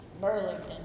Burlington